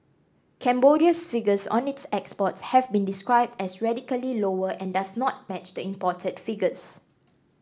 Cambodia's figures on its exports have been described as radically lower and does not match the imported figures